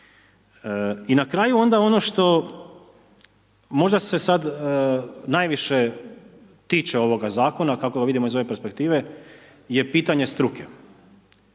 I na kraju onda ono što možda se sad najviše tiče ovog zakona kako vidimo iz ove perspektive je pitanje struke.